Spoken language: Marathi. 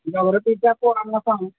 जॉग्रॉफीच्या पोरांना सांग